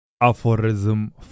Aphorism